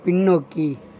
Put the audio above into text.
பின்னோக்கி